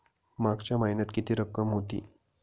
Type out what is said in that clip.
मागच्या महिन्यात किती रक्कम होती?